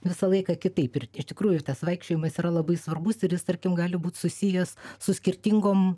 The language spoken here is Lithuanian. visą laiką kitaip ir iš tikrųjų tas vaikščiojimas yra labai svarbus ir jis tarkim gali būt susijęs su skirtingom